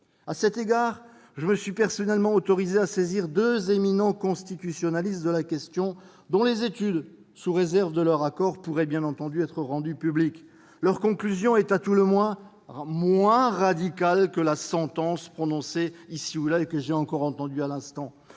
À cet égard, je me suis personnellement autorisé à saisir de la question deux éminents constitutionnalistes, dont les études, sous réserve de leur accord, pourraient bien entendu être rendues publiques. Leurs conclusions sont moins radicales que les sentences prononcées ici ou là et que j'ai encore entendues à l'instant.